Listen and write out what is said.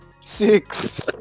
Six